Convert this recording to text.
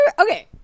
Okay